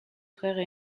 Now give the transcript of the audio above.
frères